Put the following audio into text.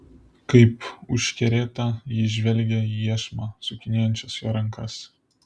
kaip užkerėta ji žvelgė į iešmą sukinėjančias jo rankas